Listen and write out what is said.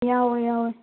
ꯌꯥꯎꯋꯦ ꯌꯥꯎꯋꯦ